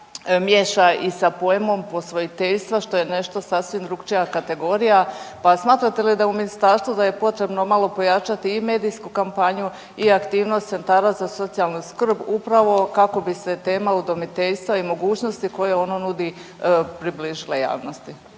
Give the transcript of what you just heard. miješa i sa pojmom posvojiteljstvo, što je nešto sasvim drukčija kategorija, pa smatrate li da u Ministarstvo da je potrebno malo pojačati i medijsku kampanju i aktivnost centara za socijalnu skrb upravo kako bi se tema udomiteljstva i mogućnosti koje ono nudi približila javnosti.